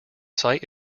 site